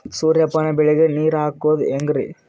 ಸೂರ್ಯಪಾನ ಬೆಳಿಗ ನೀರ್ ಹಾಕೋದ ಹೆಂಗರಿ?